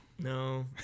No